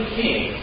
king